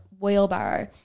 wheelbarrow